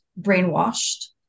brainwashed